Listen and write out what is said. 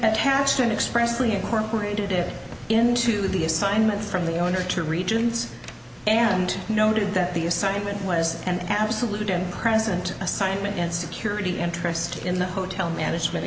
attached and expressly incorporated it into the assignment from the owner to regents and noted that the assignment was an absolute and present assignment and security interest in the hotel management